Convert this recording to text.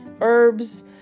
herbs